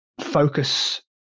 focus